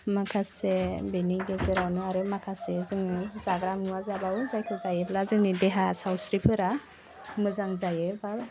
माखासे बिनि गेजेरावनो आरो माखासे जोङो जाग्रा मुवा जाबावो जायखौ जायोब्ला जोंनि देहा सावस्रिफोरा मोजां जायो बा